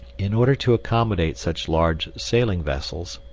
in order to accommodate such large sailing vessels,